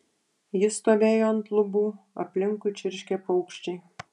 ji stovėjo ant lubų aplinkui čirškė paukščiai